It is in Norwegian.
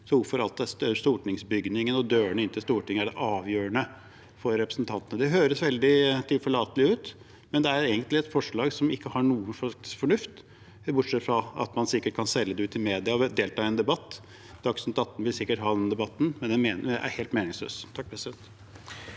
så hvorfor er stortingsbygningen og dørene inn til Stortinget det avgjørende for representantene? Det høres veldig tilforlatelig ut, men det er egentlig et forslag som ikke har noe fornuftig ved seg, bortsett fra at man sikkert kan selge det ut til media og delta i en debatt. Dagsnytt 18 vil sikkert ha denne debatten, men den er helt meningsløs. Presidenten